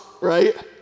right